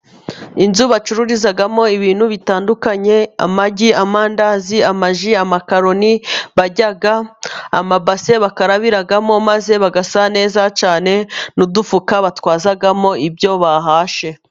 Inzu bacururizamo ibintu bitandukanye: amagi, amandazi ,amaji, amakaroni barya, amabase bakarabiramo maze bagasa neza cyane n'udufuka batwazamo ibyo bahashye.